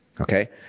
okay